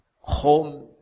home